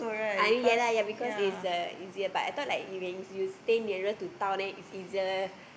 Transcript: I mean yeah lah yeah lah because it's the easier part I thought like you can you stay nearer to town then it's easier